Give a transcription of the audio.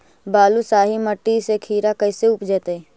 बालुसाहि मट्टी में खिरा कैसे उपजतै?